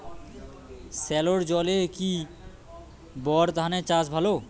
সেলোর জলে কি বোর ধানের চাষ ভালো?